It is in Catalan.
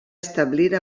establir